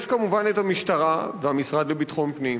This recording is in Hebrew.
יש כמובן המשטרה והמשרד לביטחון פנים.